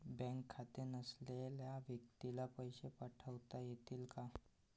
Bank खाते नसलेल्या व्यक्तीला पैसे पाठवता येतील का?